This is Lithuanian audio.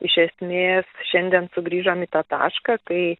iš esmės šiandien sugrįžom į tą tašką kai